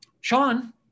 Sean